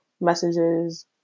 messages